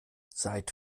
seid